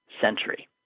century